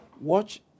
Watch